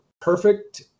perfect